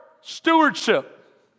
stewardship